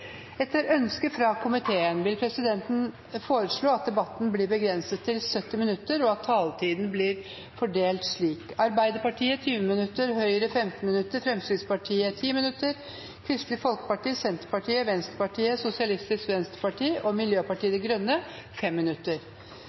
70 minutter, og at taletiden blir fordelt slik: Arbeiderpartiet 20 minutter, Høyre 15 minutter, Fremskrittspartiet 10 minutter, Kristelig Folkeparti 5 minutter, Senterpartiet 5 minutter, Venstre 5 minutter, Sosialistisk Venstreparti 5 minutter og Miljøpartiet De Grønne 5 minutter.